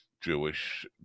Jewish